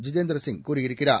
ஜிதேந்திர சிங் கூறியிருக்கிறார்